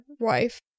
wife